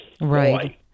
Right